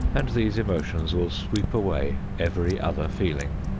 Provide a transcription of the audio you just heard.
and these emotions will sweep away every other feeling.